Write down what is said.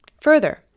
Further